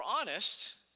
honest